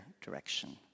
direction